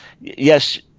Yes